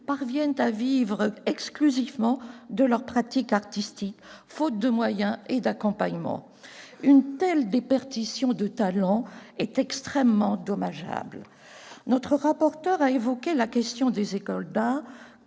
parviennent à vivre exclusivement de leur pratique artistique, faute de moyens et d'accompagnement. Une telle déperdition de talents est extrêmement dommageable. Notre rapporteur pour avis Sylvie Robert a évoqué la question des écoles d'art,